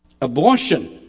abortion